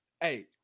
Hey